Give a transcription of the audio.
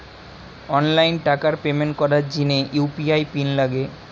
online টাকার payment করার জিনে ইউ.পি.আই পিন লাগে